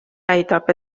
väidab